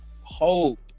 hope